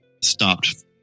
stopped